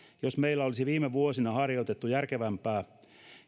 jos meillä olisi viime vuosina harjoitettu järkevämpää